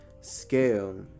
scale